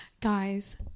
guys